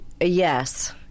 Yes